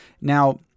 Now